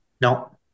No